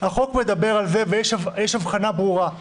יש הבחנה ברורה,